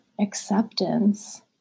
acceptance